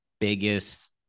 biggest